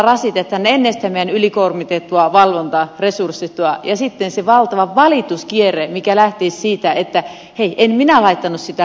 sitten olisi se valtava valituskierre mikä lähtisi siitä että hei en minä laittanut sitä roskaa sinne